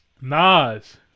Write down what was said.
Nas